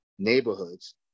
neighborhoods